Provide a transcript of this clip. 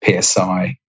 PSI